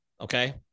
Okay